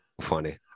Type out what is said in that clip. funny